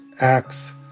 acts